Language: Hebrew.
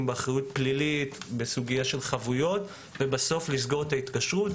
באחריות פלילית וחבויות ולבסוף לסגור את ההתקשרות.